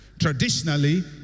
Traditionally